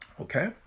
okay